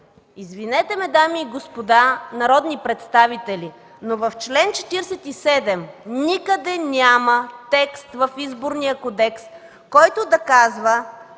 Извинете ме, дами и господа народни представители, но в чл. 47, никъде няма текст в Изборния кодекс, който да казва,